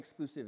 exclusivity